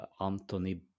Anthony